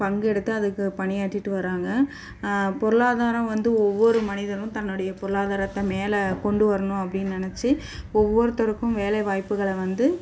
பங்கெடுத்து அதுக்கு பணியாற்றிட்டு வராங்க பொருளாதாரம் வந்து ஒவ்வொரு மனிதனும் தன்னுடைய பொருளாதாரத்தை மேலே கொண்டு வரணும் அப்படின்னு நெனைச்சி ஒவ்வொருத்தருக்கும் வேலைவாய்ப்புகளை வந்து